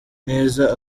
neza